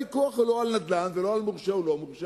הוויכוח הוא לא על נדל"ן ולא על מורשה או לא מורשה.